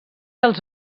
els